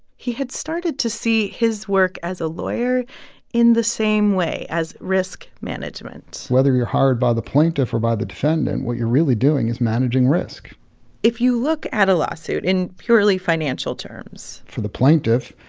he had started to see his work as a lawyer in the same way as risk management whether you're hired by the plaintiff or by the defendant, what you're really doing is managing risk if you look at a lawsuit in purely financial terms. for the plaintiff,